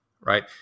right